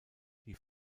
die